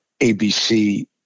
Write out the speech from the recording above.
ABC